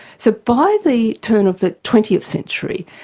so by the turn of the twentieth century,